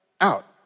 out